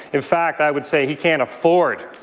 in fact, i would say he can't afford,